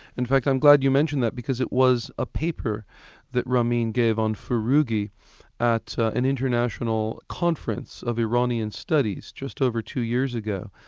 in fact i'm glad you mentioned that, because it was a paper that ramin gave on furughi at an international conference of iranian studies, just over two years ago,